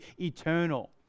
eternal